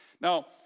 Now